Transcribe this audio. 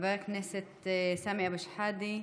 חבר הכנסת סמי אבו שחאדה,